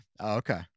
okay